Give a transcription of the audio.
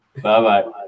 Bye-bye